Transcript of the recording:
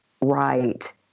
right